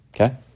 Okay